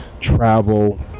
travel